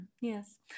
yes